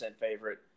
favorite